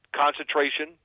concentration